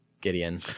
Gideon